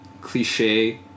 cliche